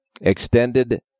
extended